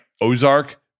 Ozark